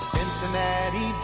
Cincinnati